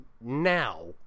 now